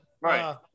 Right